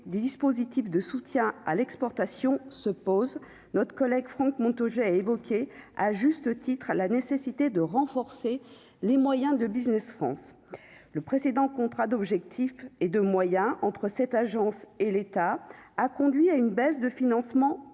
des dispositifs de soutien à l'exportation se pose notre collègue Franck Montaugé évoqué à juste titre, à la nécessité de renforcer les moyens de Business France le précédent contrat d'objectifs et de moyens entre cette agence et l'État a conduit à une baisse de financement